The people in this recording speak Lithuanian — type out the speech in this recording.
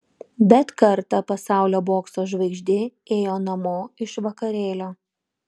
bet kartą pasaulio bokso žvaigždė ėjo namo iš vakarėlio